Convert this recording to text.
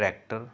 tractor